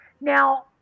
Now